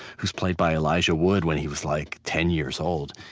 who's played by elijah wood when he was like ten years old.